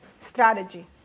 strategy